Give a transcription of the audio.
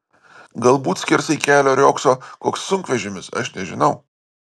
galbūt skersai kelio riogso koks sunkvežimis aš nežinau